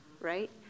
right